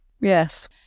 Yes